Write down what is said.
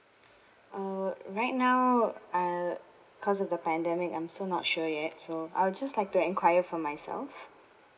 uh right now uh because of the pandemic I'm so not sure yet so I'll just like to inquire for myself